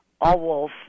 all-wolf